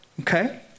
okay